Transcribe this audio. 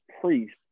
priest